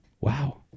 Wow